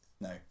no